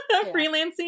freelancing